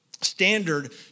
Standard